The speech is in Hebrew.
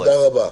תודה רבה.